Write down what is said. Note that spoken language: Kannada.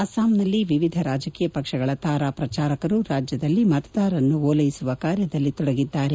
ಅಸ್ಟಾಂನಲ್ಲಿ ವಿವಿಧ ರಾಜಕೀಯ ಪಕ್ಷಗಳ ತಾರಾ ಪ್ರಚಾರಕರು ರಾಜ್ಯದಲ್ಲಿ ಮತದಾರರನ್ನು ಓಲ್ವೆಸುವ ಕಾರ್ಯದಲ್ಲಿ ತೊಡಗಿದ್ದಾರೆ